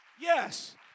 Yes